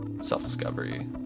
self-discovery